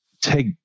take